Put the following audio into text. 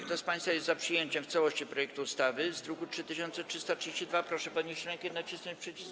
Kto z państwa jest za przyjęciem w całości projektu ustawy z druku nr 3332, proszę podnieść rękę i nacisnąć przycisk.